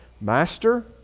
Master